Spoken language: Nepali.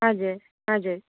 हजुर हजुर